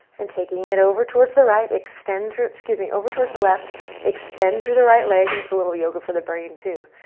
and taking it over towards the right. extend through. excuse me, over towards the left. extend through the right leg. and that's a little yoga for the brain, too.